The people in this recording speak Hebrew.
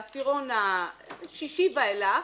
בעשירון השישי ואילך,